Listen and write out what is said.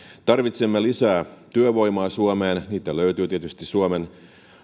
tarvitsemme lisää työvoimaa suomeen sitä löytyy tietysti suomen